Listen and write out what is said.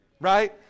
right